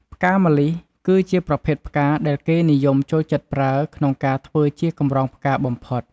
ផ្កាម្លិះ គឺជាប្រភេទផ្កាដែលគេនិយមចូលចិត្តប្រើ ក្នុងការធ្វើជាកម្រងផ្កាបំផុត។